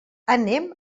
anem